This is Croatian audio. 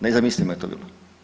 Nezamislivo je to bilo.